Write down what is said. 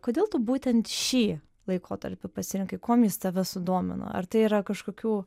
kodėl tu būtent šį laikotarpį pasirinkai kuom jis tave sudomino ar tai yra kažkokių